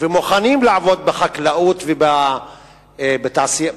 ומוכנים לעבוד בחקלאות ובבניין.